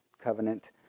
covenant